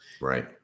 Right